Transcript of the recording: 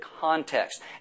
context